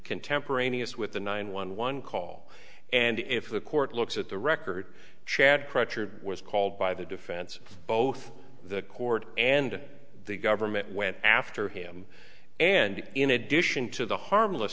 contemporaneous with the nine one one call and if the court looks at the record chad crutcher was called by the defense both the court and the government went after him and in addition to the harmless